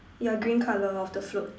ya green colour of the float